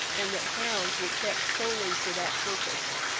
and that hounds were kept solely for that purpose.